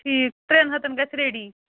ٹھیٖک ترٛٮ۪ن ہَتَن گژھِ ریٚڈی